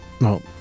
No